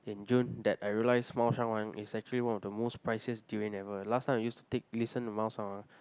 in June that I realise 猫山王:Mao-Shan-Wang is actually one of the most priciest durian every last time I used to take listen to 猫山王:Mao-Shan-Wang